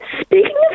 Speaking